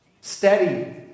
Steady